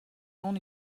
own